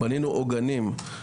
בנינו עוגנים.